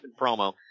promo